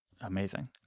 Amazing